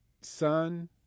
Son